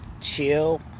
chill